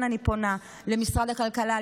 לכן אני פונה למשרד הכלכלה,